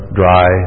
dry